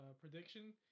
prediction